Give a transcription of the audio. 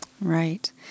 Right